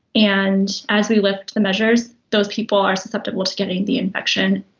and as we lift the measures, those people are susceptible to getting the infection.